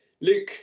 Luke